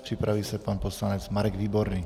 Připraví se pan poslanec Marek Výborný.